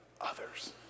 others